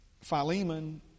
Philemon